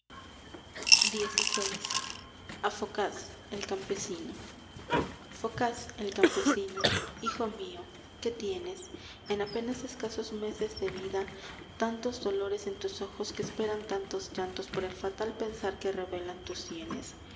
phocás el campesino phocás el campesino hijo mío que tienes en apenas escasos meses de vida tantos dolores en tus ojos que esperan tantos llantos por el fatal pensar que revelan tus sienes